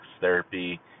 Therapy